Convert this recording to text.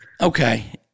Okay